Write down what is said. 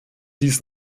dies